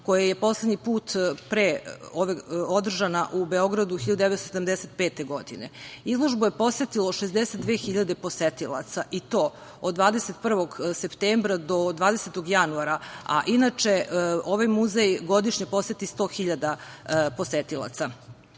koja je poslednji put održana u Beogradu 1975. godine. Izložbu je posetilo 62 hiljade posetilaca i to od 21. septembra do 20. januara, a inače ovaj muzej godišnje poseti 100 hiljada posetilaca.O